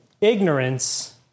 Ignorance